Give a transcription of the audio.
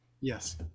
Yes